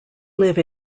live